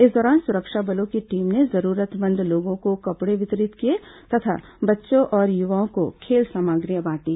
इस दौरान सुरक्षा बलों की टीम ने जरूरतमंद लोगों को कपड़े वितरित किए और बच्चों तथा युवाओं को खेल सामग्रियां बांटी